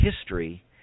history